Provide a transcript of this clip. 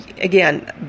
Again